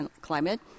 climate